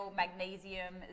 magnesium